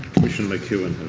commissioner mcewin